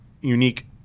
unique